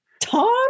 tom